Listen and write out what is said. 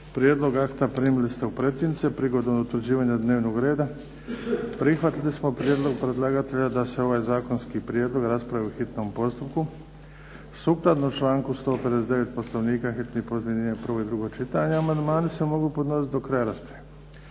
Prijedlog akta primili ste u pretince. Prigodom utvrđivanja dnevnog reda prihvatili smo prijedlog predlagatelja da se ovaj zakonski prijedlog raspravi u hitnom postupku. Sukladno članku 159. Poslovnika hitni postupak objedinjuje prvo i drugo čitanje, amandmani se mogu podnositi do kraja rasprave.